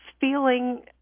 feeling